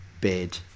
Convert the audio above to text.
bid